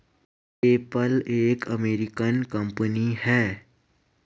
PayPal एक American company है